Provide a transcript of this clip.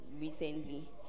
recently